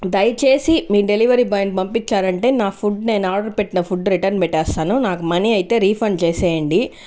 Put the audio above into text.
దయచేసి మీ delivery boy ని పంపించారంటే నా ఫుడ్ నేను ఆర్డర్ పెట్టిన ఫుడ్ రిటర్న్ పెట్టేస్తాను నాకు మనీ అయితే రీఫండ్ చేసేయండి